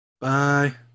Bye